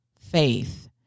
faith